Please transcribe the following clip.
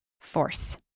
force